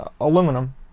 aluminum